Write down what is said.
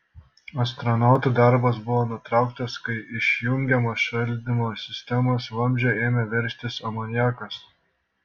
astronautų darbas buvo nutrauktas kai iš jungiamo šaldymo sistemos vamzdžio ėmė veržtis amoniakas